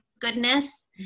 goodness